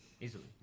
Easily